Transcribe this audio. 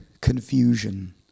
confusion